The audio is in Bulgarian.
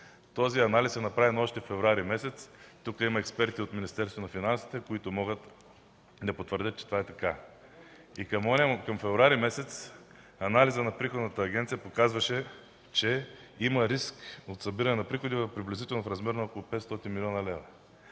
Този анализ е направен още през месец февруари тази година. Тук има експерти от Министерството на финансите, които могат да потвърдят, че това е така. И към месец февруари анализът на Приходната агенция показваше, че има риск за събиране на приходи приблизително в размер на 500 млн. лв.,